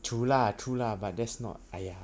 true lah true lah but does not